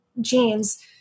genes